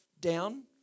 down